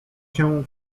się